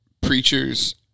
preachers